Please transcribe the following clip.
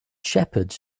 shepherds